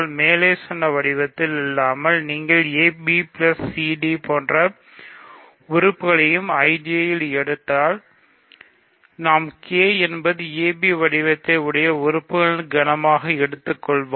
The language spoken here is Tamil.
மேலே சொன்ன வடிவத்தில் இல்லாமல் நீங்கள் ab cd போன்ற உறுப்புகளையும் IJ எடுத்திருந்தால் நாம் K என்பது ab வடிவத்தை உடைய உறுப்புகளின் கணமாக எடுத்துக்கொள்வோம்